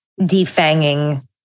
defanging